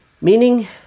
Meaning